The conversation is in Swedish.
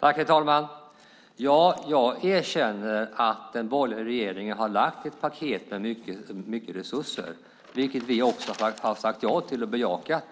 Herr talman! Jag erkänner att den borgerliga regeringen har lagt fram ett paket med mycket resurser, vilket vi också har sagt ja till och bejakat.